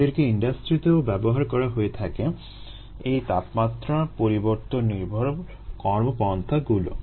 এদেরকে ইন্ডাস্ট্রিতেও ব্যবহার করা হয়ে থাকে - এই তাপমাত্রা পরিবর্তন নির্ভর কর্মপন্থাগুলো